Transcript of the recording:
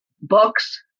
books